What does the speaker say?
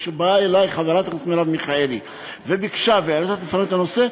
כשבאה אלי חברת הכנסת מרב מיכאלי וביקשה והעלתה בפני את הנושא,